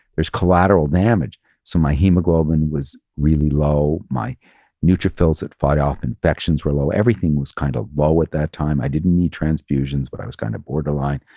there's collateral damage. so my hemoglobin was really low. my neutrophils that fight off, infections were low. everything was kind of low at that time. i didn't need transfusions, but i was kind of borderline.